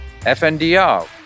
FNDR